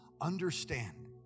Understand